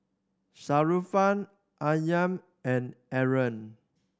Sharifah Aryan and Aaron